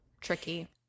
tricky